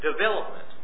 Development